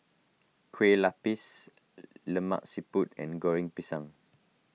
Kueh Lapis Lemak Siput and Goreng Pisang